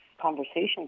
conversation